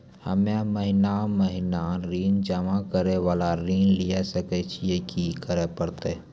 हम्मे महीना महीना ऋण जमा करे वाला ऋण लिये सकय छियै, की करे परतै?